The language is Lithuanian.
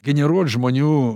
generuot žmonių